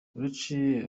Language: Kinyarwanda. uretse